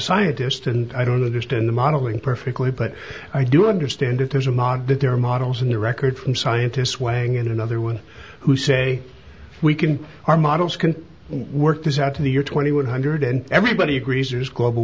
scientist and i don't understand the modeling perfectly but i do understand if there's a model that there are models in the record from scientists weighing in another one who say we can our models can work this out in the year twenty one hundred and everybody agrees or is global